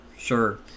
sure